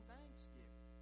thanksgiving